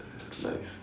nice